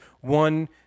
One